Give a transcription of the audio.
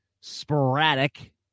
sporadic